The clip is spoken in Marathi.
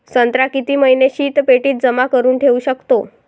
संत्रा किती महिने शीतपेटीत जमा करुन ठेऊ शकतो?